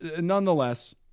Nonetheless